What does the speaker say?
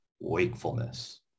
wakefulness